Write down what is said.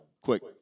quick